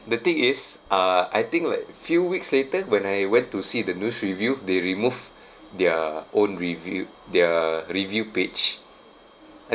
the thing is uh I think like few weeks later when I went to see the noosh review they remove their own review their review page I